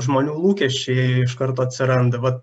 žmonių lūkesčiai iš karto atsiranda va